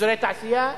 אזורי תעשייה,